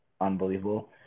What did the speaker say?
unbelievable